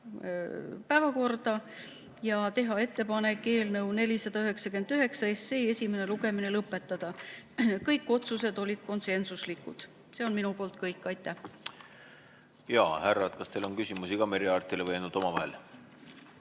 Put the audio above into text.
päevakorda ja teha ettepaneku eelnõu 499 esimene lugemine lõpetada. Kõik otsused olid konsensuslikud. See on minu poolt kõik. Aitäh! Jaa, härrad, kas teil on küsimusi ka Merry Aartile või ainult omavahel?